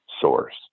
source